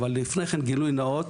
אבל לפני כן גילוי נאות,